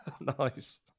nice